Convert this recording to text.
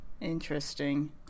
Interesting